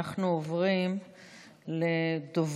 אנחנו עוברים לדוברים